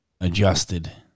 adjusted